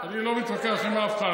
אני לא מתווכח עם אף אחד.